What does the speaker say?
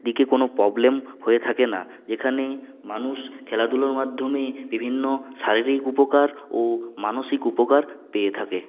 দিকে কোনো প্রবলেম হয়ে থাকেনা যেখানে মানুষ খেলাধুলোর মাধ্যমে বিভিন্ন শারীরিক উপকার ও মানসিক উপকার পেয়ে থাকে